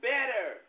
Better